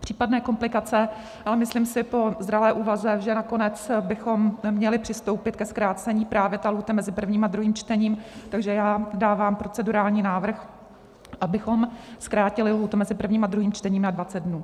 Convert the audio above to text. případné komplikace, ale myslím si po zralé úvaze, že nakonec bychom měli přistoupit ke zkrácení právě té lhůty mezi prvním a druhým čtením, takže dávám procedurální návrh, abychom zkrátili lhůtu mezi prvním a druhým čtením na 20 dnů.